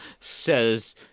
says